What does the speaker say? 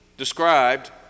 described